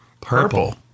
Purple